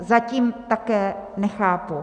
Zatím také nechápu.